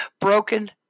broken